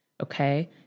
Okay